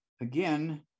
again